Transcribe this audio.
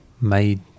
made